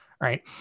right